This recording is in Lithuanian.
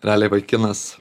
realiai vaikinas